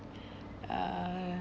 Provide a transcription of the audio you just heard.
uh